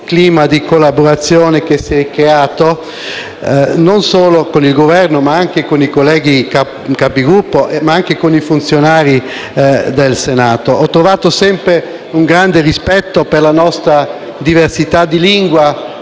clima di collaborazione che si è creato non solo con il Governo, ma anche con i colleghi Capigruppo e i funzionari del Senato. Ho trovato sempre un grande rispetto per la nostra diversità di lingua,